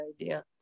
idea